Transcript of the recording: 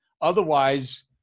otherwise